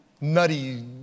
nutty